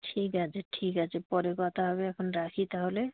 ঠিক আছে ঠিক আছে পরে কথা হবে এখন রাখি তাহলে